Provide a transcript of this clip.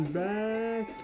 back